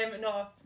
No